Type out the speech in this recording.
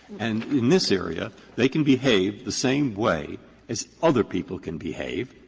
and in this area, they can behave the same way as other people can behave,